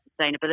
sustainability